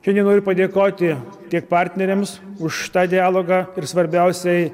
šiandien noriu padėkoti tiek partneriams už tą dialogą ir svarbiausiai